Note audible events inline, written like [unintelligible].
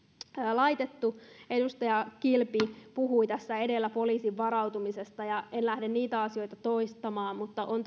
laitettu edustaja kilpi puhui tässä edellä poliisin varautumisesta ja en lähde niitä asioita toistamaan mutta on [unintelligible]